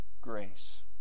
grace